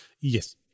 Yes